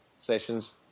sessions